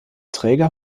träger